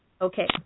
Okay